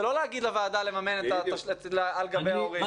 ולא להגיד לוועדה לממן על גבי ההורים.